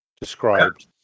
described